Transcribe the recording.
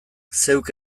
zeuk